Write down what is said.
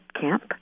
camp